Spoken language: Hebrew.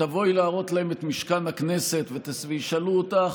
כשתבואי להראות להם את משכן הכנסת וישאלו אותך: